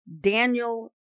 Daniel